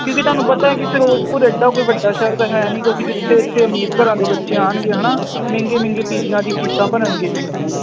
ਕਿਉਂਕਿ ਤੁਹਾਨੂੰ ਪਤਾ ਕਿ ਫਿਰੋਜ਼ਪੁਰ ਏਡਾ ਕੋਈ ਵੱਡਾ ਸ਼ਹਿਰ ਤਾਂ ਹੈ ਨਹੀਂ ਕਿਉਂਕਿ ਜਿੱਥੇ ਇੱਥੇ ਅਮੀਰ ਘਰਾਂ ਦੇ ਬੱਚੇ ਆਉਣਗੇ ਹੈ ਨਾ ਮਹਿੰਗੇ ਮਹਿੰਗੇ ਪੀਜੀਆਂ ਦੀ ਫੀਸਾਂ ਭਰਨਗੇ